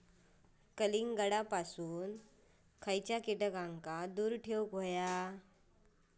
कलिंगडापासून खयच्या कीटकांका दूर ठेवूक व्हया?